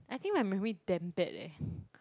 I think my memory damn bad eh